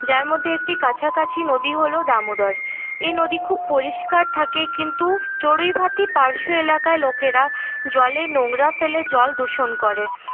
যার মধ্যে একটি কাছাকাছি নদী হল দামোদর এই নদী খুব পরিষ্কার থাকে কিন্তু চড়ুইভাতি পার্শ্ব এলাকায় লোকেরা জলে নোংরা ফেলে জল দূষণ করে